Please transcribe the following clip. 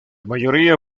mayoría